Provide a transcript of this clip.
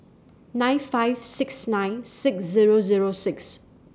nine five six nine six Zero Zero six